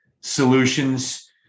solutions